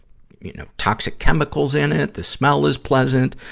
you know, toxic chemicals in it, the smell is pleasant.